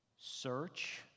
search